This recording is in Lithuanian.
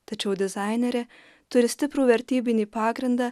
tačiau dizainerė turi stiprų vertybinį pagrindą